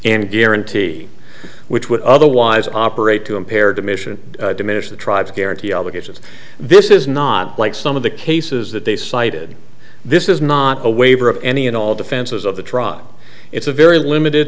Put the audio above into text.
and guarantee which would otherwise operate to impaired emission diminish the tribes guarantee obligations this is not like some of the cases that they cited this is not a waiver of any and all defenses of the trot it's a very limited